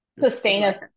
Sustainable